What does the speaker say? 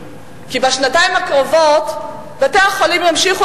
כי בשנתיים הקרובות בתי-החולים ימשיכו